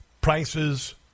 prices